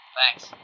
Thanks